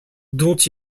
dont